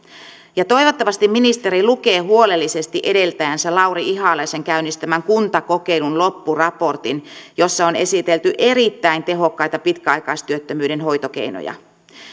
toivottavasti ministeri lukee huolellisesti edeltäjänsä lauri ihalaisen käynnistämän kuntakokeilun loppuraportin jossa on esitelty erittäin tehokkaita pitkäaikaistyöttömyyden hoitokeinoja